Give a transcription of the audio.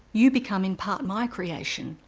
you become in part my creation,